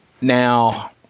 Now